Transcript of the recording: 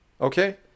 Okay